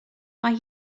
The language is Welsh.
mae